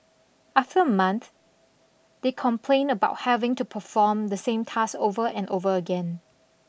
after a month they complained about having to perform the same task over and over again